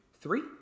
Three